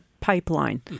pipeline